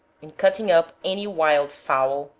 in cutting up any wild fowl,